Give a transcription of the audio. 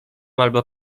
albo